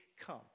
come